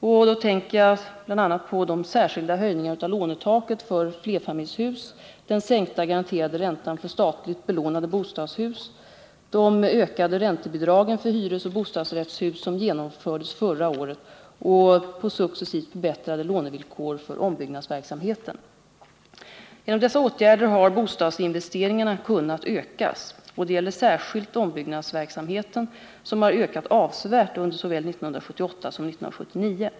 Jag tänker då bl.a. på de särskilda höjningarna av lånetaket för flerfamiljshus, den sänkta garanterade räntan för statligt belånade bostadshus, de ökade räntebidragen för hyresoch bostadsrättshus som genomfördes förra året och på successivt förbättrade lånevillkor för ombyggnadsverksamheten. Genom dessa åtgärder har bostadsinvesteringarna kunnat ökas. Det gäller särskilt ombyggnadsverksamheten, som har ökat avsevärt under såväl 1978 som 1979.